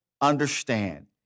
understand